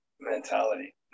mentality